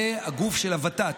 והגוף של הוות"ת,